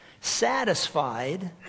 satisfied